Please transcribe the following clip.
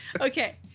Okay